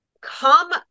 come